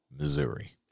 Missouri